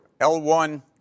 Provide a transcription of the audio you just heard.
L1